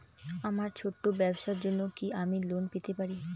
আমার ছোট্ট ব্যাবসার জন্য কি আমি লোন পেতে পারি?